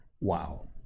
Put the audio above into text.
Wow